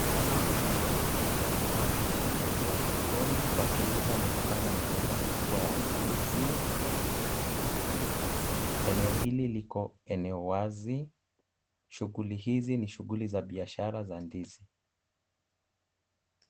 Watu wakiwa sokoni wakiuza na kupanga miganda mikubwa ya ndizi. Eneo hili liko eneo wazi. Shughuli hizi ni shughuli za biashara za ndizi.